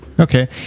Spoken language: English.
Okay